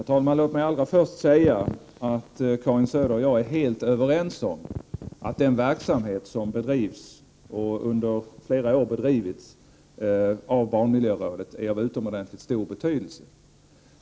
Herr talman! Låt mig allra först säga att Karin Söder och jag är helt överens om att den verksamhet som bedrivs och som under flera år bedrivits av barnmiljörådet är av utomordentligt stor betydelse.